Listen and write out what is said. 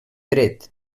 dret